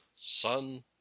son